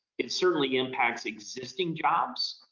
it certainly impacts existing jobs,